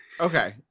Okay